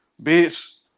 bitch